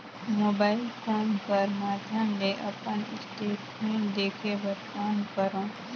Mobile phone कर माध्यम ले अपन स्टेटमेंट देखे बर कौन करों?